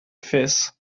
fez